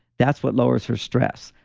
that's what lowers her stress.